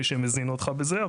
מי שמזין אותך בזה.